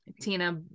Tina